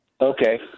Okay